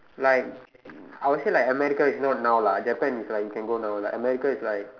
like I would say like America is not now lah Japan is like you can go now like America is like